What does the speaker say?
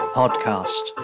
podcast